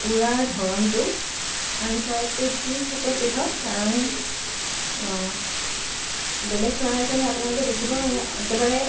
উৰাৰ ধৰণটো আন চৰাইতকৈ কি ক্ষেত্ৰত পৃথক কাৰণ বেলেগ চৰাই চালে আপোনালোকে দেখিব একেবাৰে